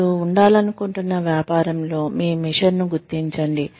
మీరు ఉండాలనుకుంటున్న వ్యాపారంలో మీ మిషన్ను గుర్తించండి